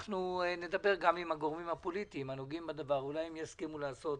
ונדבר גם עם הגורמים הפוליטיים הנוגעים בדבר ואולי הם יסכימו לעשות